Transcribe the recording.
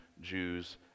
Jews